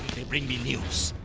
they bring me news?